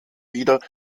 wieder